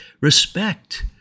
respect